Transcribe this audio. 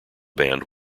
banned